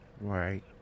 Right